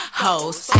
hoes